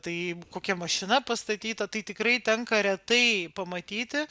tai kokia mašina pastatyta tai tikrai tenka retai pamatyti